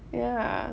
ya